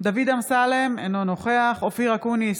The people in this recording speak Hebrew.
דוד אמסלם, אינו נוכח אופיר אקוניס,